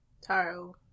Taro